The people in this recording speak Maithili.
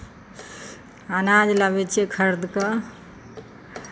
अनाज लाबै छियै खरीद कऽ